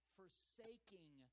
forsaking